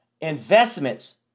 investments